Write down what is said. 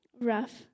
rough